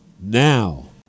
now